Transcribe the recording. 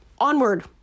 Onward